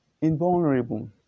invulnerable